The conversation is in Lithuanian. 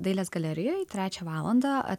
dailės galerijoj trečią valandą